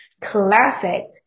classic